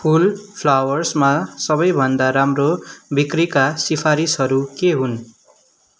फुल फ्लावर्समा सबैभन्दा राम्रो बिक्रीका सिफारिसहरू के हुन्